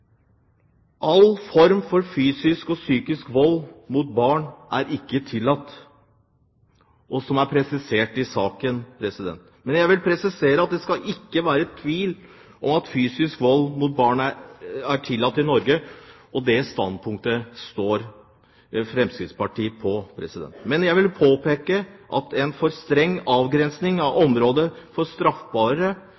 All form for fysisk og psykisk vold mot barn er ikke tillatt. Det er presisert i saken. Jeg vil presisere at det ikke skal være tvil om at fysisk vold mot barn ikke er tillatt i Norge, og det standpunktet står Fremskrittspartiet på. Men jeg vil påpeke at en for streng avgrensning av